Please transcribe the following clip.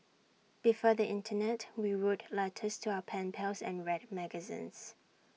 before the Internet we wrote letters to our pen pals and read magazines